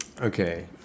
Okay